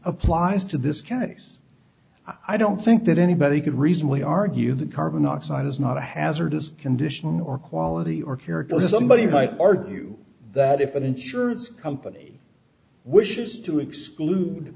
applies to this case i don't think that anybody could reasonably argue that carbon dioxide is not a hazardous condition or quality or character somebody might argue that if an insurance company wishes to exclude